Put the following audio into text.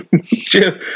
Jim